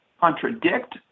contradict